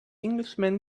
englishman